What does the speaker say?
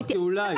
אמרתי אולי, אולי.